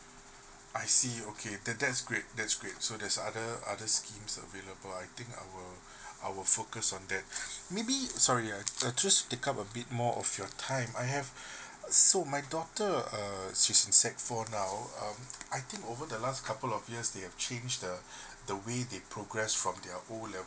I see okay that that's great that's great so there's other other scheme available I think I will I will focus on that maybe sorry uh I just take up a bit more of your time I have so my daughter err she's in sec four now uh I think over the last couple of years they have change the the way they progress from their O level